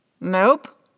Nope